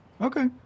Okay